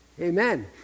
Amen